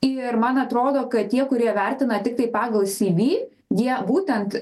ir man atrodo kad tie kurie vertina tiktai pagal cv jie būtent